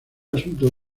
asunto